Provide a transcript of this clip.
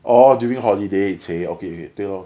orh during holiday !chey! okay okay 对 lor